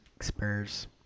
Spurs